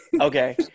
Okay